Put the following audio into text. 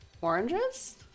oranges